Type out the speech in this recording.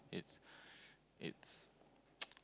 it's it's